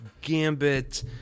Gambit